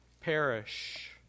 perish